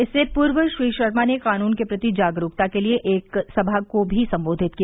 इससे पूर्व श्री शर्मा ने कानून के प्रति जागरूकता के लिए एक सभा को भी संबोधित किया